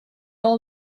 all